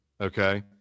Okay